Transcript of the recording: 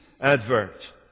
advert